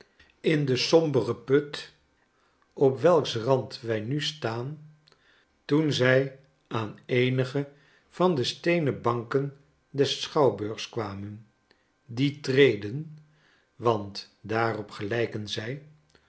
in den somberen put op welks rand wij nu staan toenzij aan eenige van de steenen banken des schouwburgs kwamen die treden want daarop gelijken zij